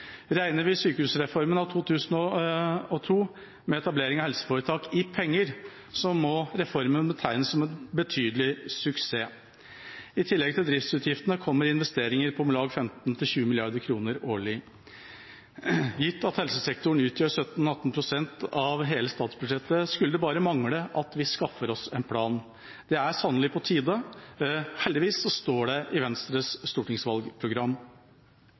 Regner vi sykehusreformen av 2002, med etablering av helseforetak, i penger, må reformen betegnes som en betydelig suksess. I tillegg til driftsutgiftene kommer investeringer på om lag 15–20 mrd. kr årlig. Gitt at helsesektoren utgjør 17–18 pst. av hele statsbudsjettet, skulle det bare mangle at vi ikke skaffer oss en plan. Det er sannelig på tide. Heldigvis står det i Venstres stortingsvalgprogram.